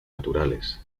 naturales